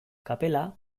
kapela